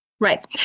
Right